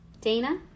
Dana